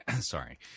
Sorry